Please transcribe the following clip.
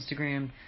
Instagram